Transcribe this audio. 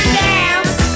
dance